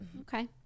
Okay